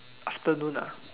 afternoon ah